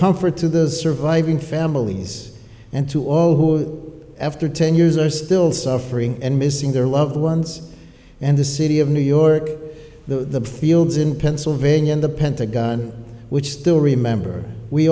comfort to the surviving families and to all who are after ten years are still suffering and missing their loved ones and the city of new york the fields in pennsylvania and the pentagon which still remember we